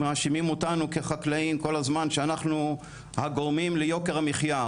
מאשימים אותנו כחקלאים כל הזמן שאנחנו הגורמים ליוקר המחייה.